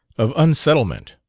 of unsettlement,